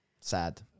Sad